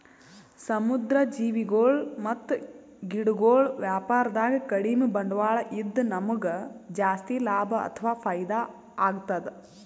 ಸಮುದ್ರ್ ಜೀವಿಗೊಳ್ ಮತ್ತ್ ಗಿಡಗೊಳ್ ವ್ಯಾಪಾರದಾಗ ಕಡಿಮ್ ಬಂಡ್ವಾಳ ಇದ್ದ್ ನಮ್ಗ್ ಜಾಸ್ತಿ ಲಾಭ ಅಥವಾ ಫೈದಾ ಆಗ್ತದ್